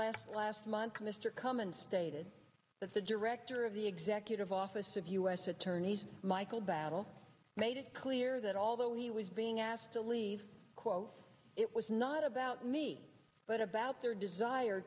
last last month mr cummins stated that the director of the executive office of u s attorneys michael battle made it clear that although he was being asked to leave quote it was not about me but about their desire